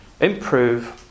improve